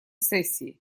сессии